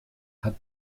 hat